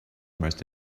most